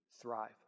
thrive